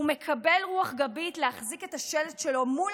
הוא מקבל רוח גבית להחזיק את השלט שלו מול